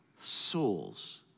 souls